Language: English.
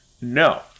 No